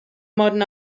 modern